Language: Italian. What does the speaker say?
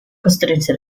costrinse